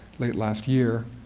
late last year,